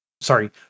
sorry